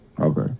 Okay